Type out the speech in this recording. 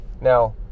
Now